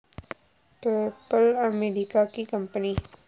PayPal America की company है